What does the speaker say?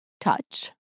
Touch